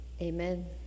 Amen